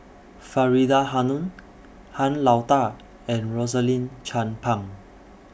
Faridah Hanum Han Lao DA and Rosaline Chan Pang